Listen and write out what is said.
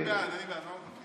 מעמד האישה.